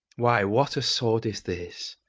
why, what a sword is this.